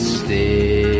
stay